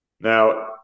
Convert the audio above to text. Now